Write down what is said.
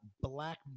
black